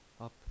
up